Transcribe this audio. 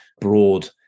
broad